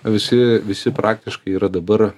visi visi praktiškai yra dabar